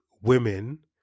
women